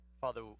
Father